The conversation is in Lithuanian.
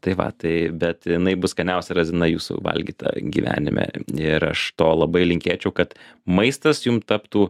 tai va tai bet jinai bus skaniausia razina jūsų valgyta gyvenime ir aš to labai linkėčiau kad maistas jum taptų